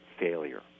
failure